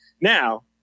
Now